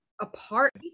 apart